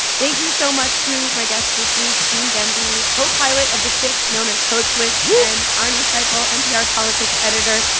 thank you so much to my guests this week gene demby, co-pilot of the ship known as code switch. woo. and arnie seipel, npr politics editor.